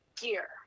gear